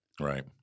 Right